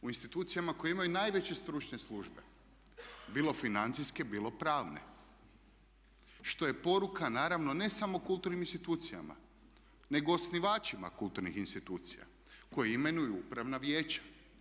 U institucijama koje imaju najveće stručne službe, bilo financijske, bilo pravne, što je poruka naravno ne samo kulturnim institucijama nego osnivačima kulturnih institucija koje imenuju upravna vijeća.